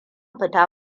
fita